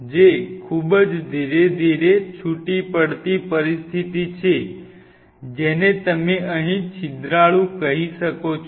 જે ખૂબ જ ધીરે ધીરે છૂટી પડતી પરિસ્થિતિ છે જેને તમે અહીં છિદ્રાળુ કહી શકો છો